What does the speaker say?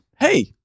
hey